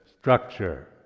structure